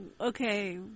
okay